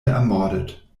ermordet